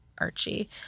archie